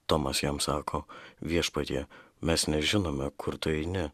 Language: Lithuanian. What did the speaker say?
tomas jam sako viešpatie mes nežinome kur tu eini